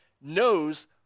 knows